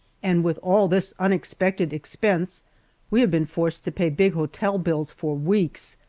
and with all this unexpected expense we have been forced to pay big hotel bills for weeks,